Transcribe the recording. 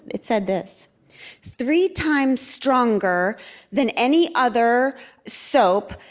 it said this three times stronger than any other soap,